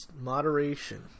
moderation